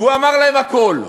והוא אמר להם הכול,